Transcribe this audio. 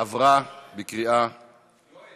התשע"ז 2016, עברה בקריאה טרומית.